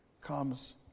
comes